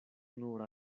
nur